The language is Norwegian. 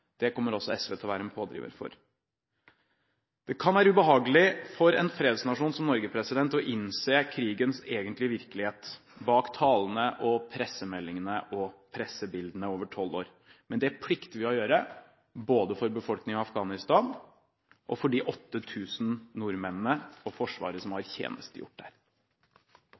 Det kommer også SV til å være en pådriver for. Det kan være ubehagelig for en fredsnasjon som Norge å innse krigens egentlige virkelighet bak talene, pressemeldingene og pressebildene over tolv år. Men det plikter vi å gjøre, både for befolkningen i Afghanistan og for de 8 000 nordmennene og Forsvaret som har tjenestegjort der.